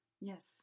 Yes